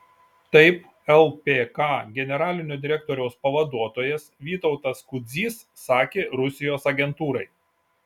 taip lpk generalinio direktoriaus pavaduotojas vytautas kudzys sakė rusijos agentūrai